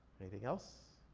anything else?